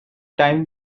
time